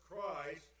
Christ